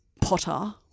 Potter